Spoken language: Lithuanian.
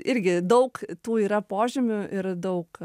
irgi daug tų yra požymių ir daug